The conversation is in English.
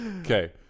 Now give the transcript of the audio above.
Okay